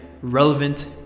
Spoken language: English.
relevant